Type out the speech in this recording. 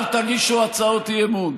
אל תגישו הצעות אי-אמון.